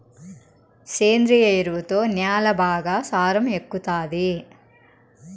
సేంద్రియ ఎరువుతో న్యాల బాగా సారం ఎక్కుతాది